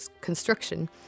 construction